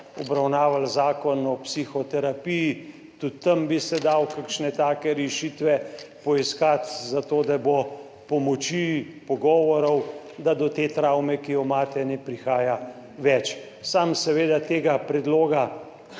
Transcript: obravnavali zakon o psihoterapiji, tudi tam bi se dalo kakšne take rešitve poiskati zato, da bo pomoči, pogovorov, da do te travme, ki jo imate, ne prihaja več. Sam seveda tega predloga